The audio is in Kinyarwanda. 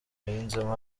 yunzemo